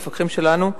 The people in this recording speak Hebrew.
מפקחים שלנו,